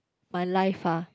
my life ah